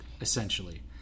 essentially